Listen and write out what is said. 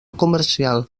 comercial